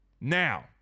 Now